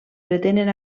permeten